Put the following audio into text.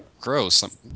Gross